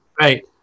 Right